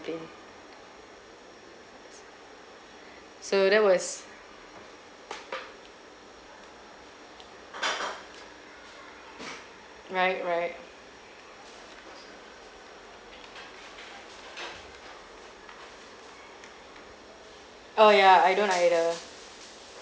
complain so that was right right oh ya I don't either